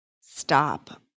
stop